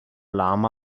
lama